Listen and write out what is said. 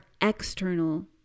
external